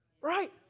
Right